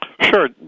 Sure